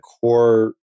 core